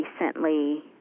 recently